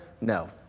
No